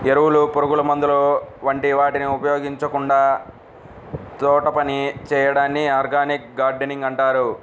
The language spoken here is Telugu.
ఎరువులు, పురుగుమందుల వంటి వాటిని ఉపయోగించకుండా తోటపని చేయడాన్ని ఆర్గానిక్ గార్డెనింగ్ అంటారు